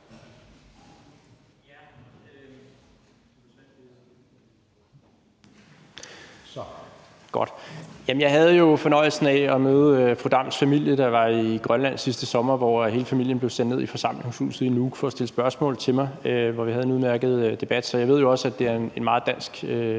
Jeg havde jo fornøjelsen af at møde fru Aki-Matilda Høegh-Dams familie, da jeg var i Grønland sidste sommer, hvor hele familien blev sendt ned i forsamlingshuset i Nuuk for at stille spørgsmål til mig, og hvor vi havde en udmærket debat. Så jeg ved jo også, at det er en meget dansk